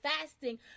fasting